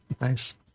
Nice